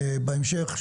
בהמשך,